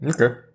Okay